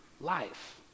life